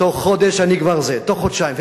בתוך חודש אני כבר, בתוך חודשיים.